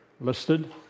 listed